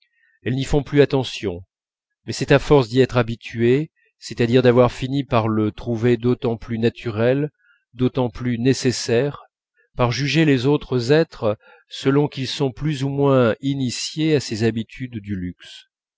elles n'y font plus attention mais c'est à force d'y être habituées c'est-à-dire d'avoir fini par le trouver d'autant plus naturel d'autant plus nécessaire par juger les autres êtres selon qu'ils sont plus ou moins initiés à ces habitudes du luxe